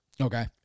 Okay